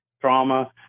trauma